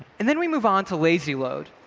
and then we move on to lazy-load.